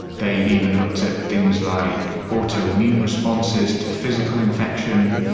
they've even looked at things like autoimmune responses to physical infection,